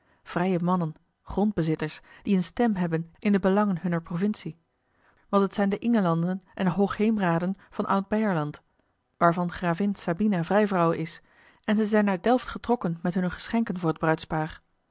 vrije mannen grondbezitters die eene stem hebben in de belangen hunner provincie want het zijn de ingelanden en hoogheemraden van oud beierland waarvan gravin sabina vrijvrouwe is en zij zijn naar delft getrokken met hunne geschenken voor het bruidspaar